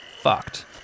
fucked